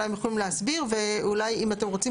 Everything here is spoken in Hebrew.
אולי הם יכולים להסביר ואולי אם אתם רוצים